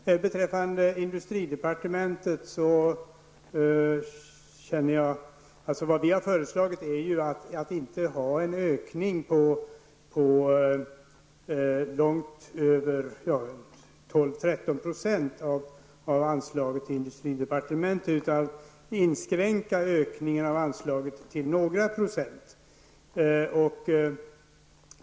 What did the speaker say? Det vi har föreslagit är att ökningen av anslaget till industridepartementet inte skall vara långt över 12--13 %, utan ökningen av anslaget skall inskränkas till några procent.